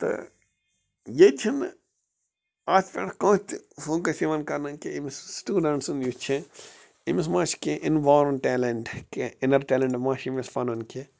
تہٕ ییٚتہِ چھِ نہٕ اَتھ پیٚٹھ کانٛہہ تہِ فوکَس یِوان کرنہٕ کہٕ أمِس سِٹوٗڈنٛٹ سُنٛد یہِ چھُ أمس ما چھُ کیٚنٛہہ اِن بارٕن ٹیٚلنٛٹ کیٚنٛہہ اِنر ٹیٚلنٛٹ ما چھُ أمِس پَنُن کیٚنٛہہ